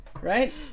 right